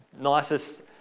nicest